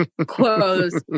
clothes